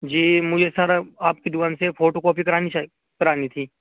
جی مجھے سر آپ کی دکان سے پھوٹو کاپی کرانی کرانی تھی